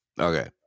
Okay